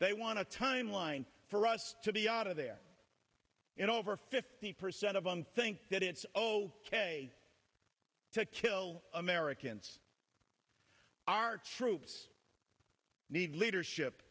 they want a timeline for us to be out of there and over fifty percent of them think that it's zero to kill americans our troops need leadership